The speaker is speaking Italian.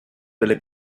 delle